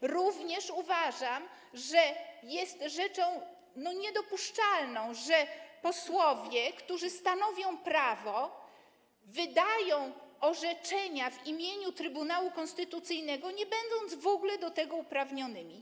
Uważam również, że jest rzeczą niedopuszczalną, że posłowie, którzy stanowią prawo, wydają orzeczenia w imieniu Trybunału Konstytucyjnego, nie będąc w ogóle do tego uprawnionymi.